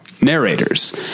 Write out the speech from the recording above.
narrators